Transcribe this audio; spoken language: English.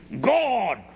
God